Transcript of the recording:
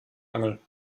angel